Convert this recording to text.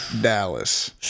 Dallas